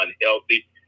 unhealthy